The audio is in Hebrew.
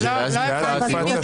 לא הבנתי.